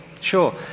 Sure